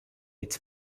its